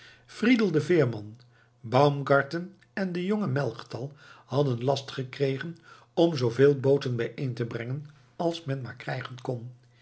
de veerman baumgarten en de jonge melchtal hadden last gekregen om zooveel booten bijeen te brengen als men maar krijgen kon